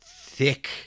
thick